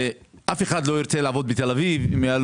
אף אחד לא ירצה לעבוד בתל אביב אם יהיה